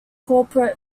corporate